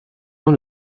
dans